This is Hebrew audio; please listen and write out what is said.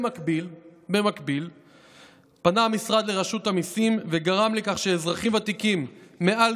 במקביל פנה המשרד לרשות המיסים וגרם לכך שאזרחים ותיקים מעל